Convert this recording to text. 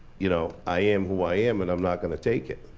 you know i am who i am, and i'm not going to take it.